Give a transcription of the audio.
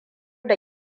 da